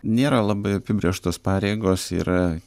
nėra labai apibrėžtos pareigos yra